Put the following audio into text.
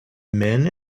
men